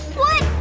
what?